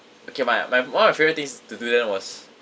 okay my my one of my favourite things to do then was